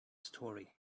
story